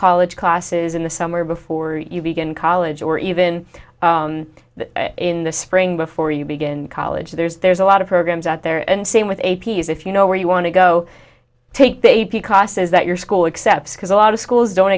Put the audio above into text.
college classes in the summer before you begin college or even in the spring before you begin college there's a lot of programs out there and same with a p s if you know where you want to go take the a p cost is that your school except because a lot of schools don't